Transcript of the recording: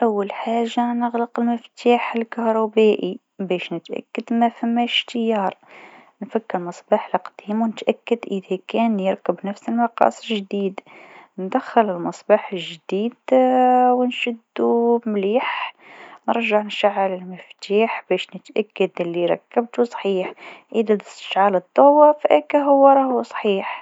باش تستبدل مصباح كهربائي، أول حاجة تأكد من إطفاء الكهرباء. بعدين، امسك المصباح المكسور أو التالف، ولفّه برفق عكس اتجاه عقارب الساعة. شيل المصباح القديم. خد المصباح الجديد، وحطه في القاعدة ولفه باتجاه عقارب الساعة حتى يثبت. في الآخر، شغل الكهرباء وتأكد من أنه شغّال.